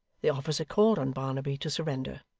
the officer called on barnaby to surrender.